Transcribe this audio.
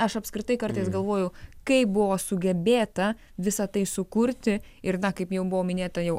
aš apskritai kartais galvoju kaip buvo sugebėta visa tai sukurti ir na kaip jau buvo minėta jau